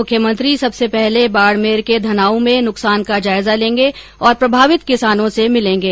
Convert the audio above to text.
मुख्यमंत्री सबसे पहले बाडमेर के धनाऊ में नुकसान का जायजा लेंगे और प्रभावित किसानों से मिलेंगे